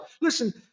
Listen